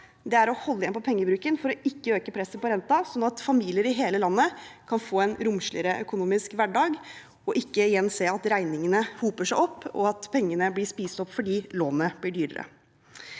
nå er å holde igjen på pengebruken for ikke å øke presset på renten, sånn at familier i hele landet kan få en romsligere økonomisk hverdag og ikke igjen se at regningene hoper seg opp og pengene blir spist opp fordi lånet blir dyrere?